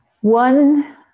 one